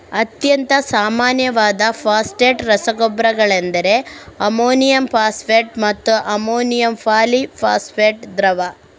ಅತ್ಯಂತ ಸಾಮಾನ್ಯವಾದ ಫಾಸ್ಫೇಟ್ ರಸಗೊಬ್ಬರಗಳೆಂದರೆ ಅಮೋನಿಯಂ ಫಾಸ್ಫೇಟ್ ಮತ್ತೆ ಅಮೋನಿಯಂ ಪಾಲಿ ಫಾಸ್ಫೇಟ್ ದ್ರವ